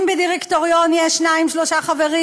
אם בדירקטוריון יש שניים-שלושה חברים,